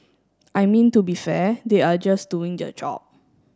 I mean to be fair they are just doing their job